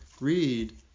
read